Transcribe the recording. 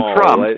Trump